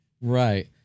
Right